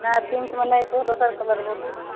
नहि पिन्कमे नहि छै दोसर कलर बोलू